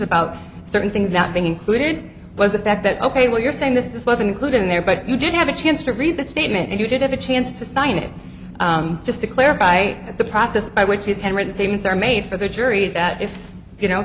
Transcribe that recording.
about certain things not being included was the fact that ok well you're saying this was included in there but you did have a chance to read the statement and you did have a chance to sign it just to clarify the process by which he had written statements are made for the jury that if you know